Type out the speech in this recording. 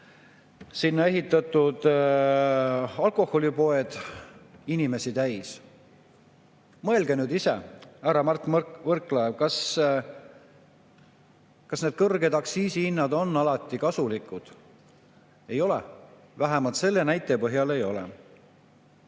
sinna ehitatud alkoholipoed inimesi täis. Mõelge nüüd ise, härra Mart Võrklaev, kas kõrged aktsiisihinnad on alati kasulikud? Ei ole, vähemalt selle näitaja põhjal ei ole.